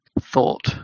thought